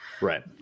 right